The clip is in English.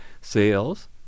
Sales